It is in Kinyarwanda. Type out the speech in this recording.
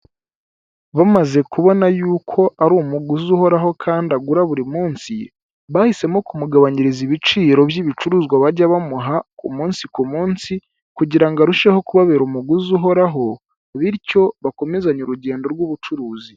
Bamaze kubona yuko ari umuguzi uhoraho kandi agura buri munsi, bahisemo kumugabanyiriza ibiciro by'ibicuruzwa bajyaga bamuha ku munsi ku munsi, kugira ngo arusheho kubabera umuguzi uhoraho bityo bakomezanye urugendo rw'ubucuruzi.